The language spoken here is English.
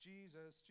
Jesus